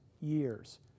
years